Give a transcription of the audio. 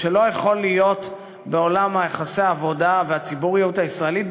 שלא יכול להיות בעולם יחסי העבודה והציבוריות הישראלית,